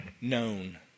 known